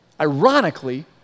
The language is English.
ironically